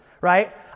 right